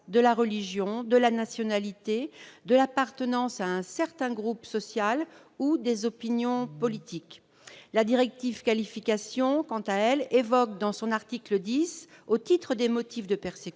de [la] religion, de [la] nationalité, de [l'] appartenance à un certain groupe social ou [des] opinions politiques ». La directive Qualification, quant à elle, mentionne, dans son article 10, au titre des motifs de persécution,